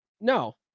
No